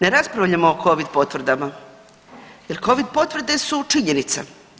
Ne raspravljamo o Covid potvrdama jer Covid potvrde su činjenica.